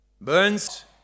burns